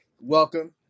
welcome